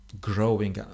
growing